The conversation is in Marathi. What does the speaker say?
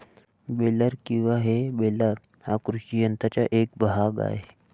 बेलर किंवा हे बेलर हा कृषी यंत्राचा एक भाग आहे